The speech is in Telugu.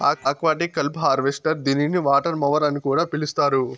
ఆక్వాటిక్ కలుపు హార్వెస్టర్ దీనిని వాటర్ మొవర్ అని కూడా పిలుస్తారు